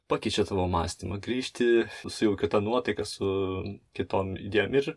pakeičia tavo mąstymą grįžti su jau kita nuotaika su kitom idėjom ir